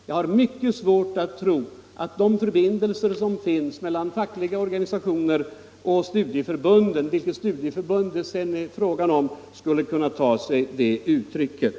Jag har mycket svårt att tro att de förbindelser som finns mellan de fackliga organisationerna och studieförbunden — vilket studieförbund det sedan än är fråga om — skulle kunna ta sig det uttrycket.